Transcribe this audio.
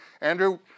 Andrew